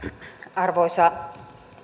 arvoisa